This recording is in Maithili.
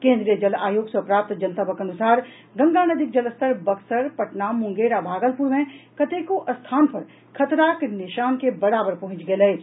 केन्द्रीय जल आयोग सँ प्राप्त जनतबक अनुसार गंगा नदीक जलस्तर बक्सर पटना मुंगेर आ भागलपुर मे कतेको स्थान पर खतराक निशान के बराबर पहुंचि गेल अछि